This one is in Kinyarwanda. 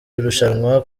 irushanwa